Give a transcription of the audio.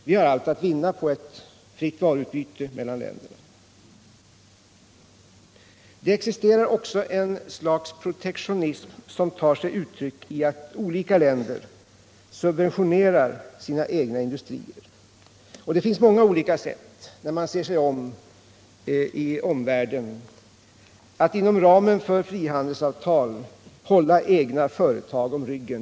Vi har allt att vinna på ett fritt varuutbyte mellan länderna. Det existerar också ett slags protektionism som tar sig uttryck i att olika länder subventionerar sina egna industrier. Ser man sig om i världen finner man att det existerar många olika sätt att inom ramen för frihandelsavtal hålla egna företag om ryggen.